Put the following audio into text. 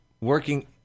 working